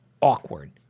awkward